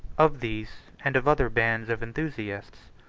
of these, and of other bands of enthusiasts,